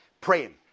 Praying